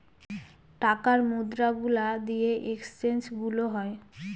টাকার মুদ্রা গুলা দিয়ে এক্সচেঞ্জ গুলো হয়